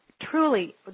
Truly